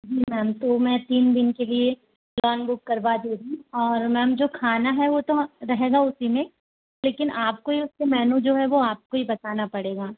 जी ma'am तो मैं तीन दिन के लिए लॉन बुक करवा दे रही हूँ और मैम जो खाना है वो तो रहेगा उसी में लेकिन आपको ही उसका मेन्यू जो है वह आपको ही बताना पड़ेगा